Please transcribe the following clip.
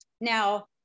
Now